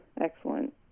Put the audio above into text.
excellent